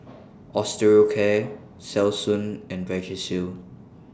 Osteocare Selsun and Vagisil